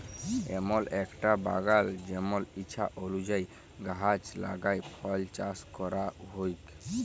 এমল একটা বাগাল জেমল ইছা অলুযায়ী গাহাচ লাগাই ফল চাস ক্যরা হউক